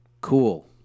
cool